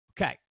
Okay